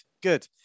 Good